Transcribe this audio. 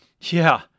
Yeah